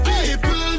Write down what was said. People